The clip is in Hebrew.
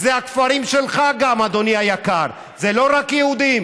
אלה גם הכפרים שלך, אדוני היקר, זה לא רק יהודים.